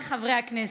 חבריי חברי הכנסת,